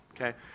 Okay